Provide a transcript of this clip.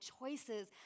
choices